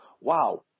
wow